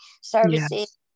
services